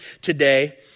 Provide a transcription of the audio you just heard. today